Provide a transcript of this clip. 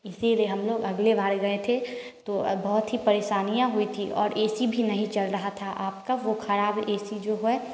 इसलिए हम लोग अगले बार गए थे तो बहुत ही परेशानियाँ हुई थी और एसी भी नहीं चल रहा था आपका वो खराब एसी जो है